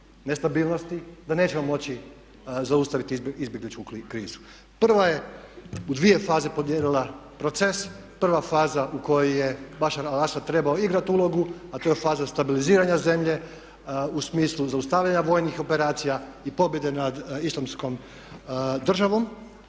da nećemo moći zaustaviti izbjegličku krizu. Prva je u dvije faze podijelila proces, prva faza u kojoj je …/Govornik se ne razumije./… trebao igrat ulogu, a to je faza stabiliziranja zemlje u smislu zaustavljanja vojnih operacija i pobjede nad Islamskom državom.